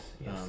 Yes